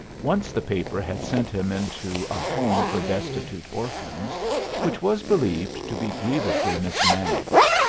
once the paper had sent him into a home for destitute orphans which was believed to be grievously mismanaged,